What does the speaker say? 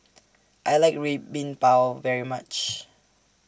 I like Red Bean Bao very much